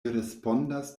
respondas